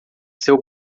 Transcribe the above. seu